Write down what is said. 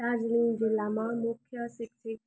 दार्जिलिङ जिल्लामा मुख्य शिक्षित